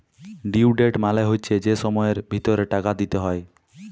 due date মালে হচ্যে যে সময়ের ভিতরে টাকা দিতে হ্যয়